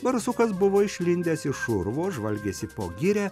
barsukas buvo išlindęs iš urvo žvalgėsi po girią